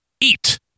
eat